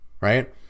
Right